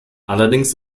allerdings